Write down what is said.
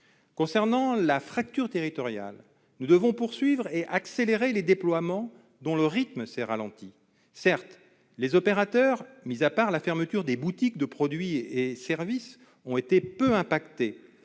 Concernant la fracture territoriale, nous devons poursuivre et accélérer le déploiement des réseaux, dont le rythme s'est ralenti. Certes, les opérateurs, hormis la fermeture des boutiques commercialisant produits et services, ont été peu impactés,